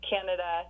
Canada